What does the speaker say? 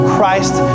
Christ